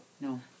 No